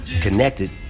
connected